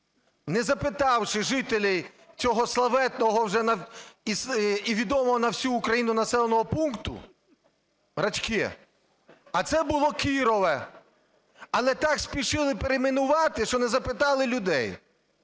Не запитавши жителів цього славетного вже і відомого вже на всю Україну населеного пункту Рачки, а це було Кірово, але так спішили перейменувати, що не запитали людей.